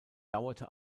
dauerte